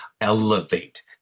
elevate